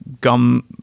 gum